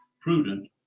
prudent